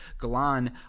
galan